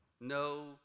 no